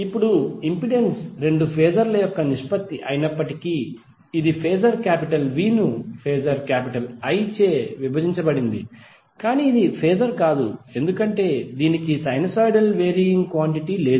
ఇప్పుడు ఇంపెడెన్స్ రెండు ఫేజర్ యొక్క నిష్పత్తి అయినప్పటికీ అది ఫేజర్ V ను ఫేజర్ I చే విభజించబడింది కానీ ఇది ఫాజర్ కాదు ఎందుకంటే దీనికి సైనూసోయిడల్ వేరీయింగ్ క్వాంటిటీ లేదు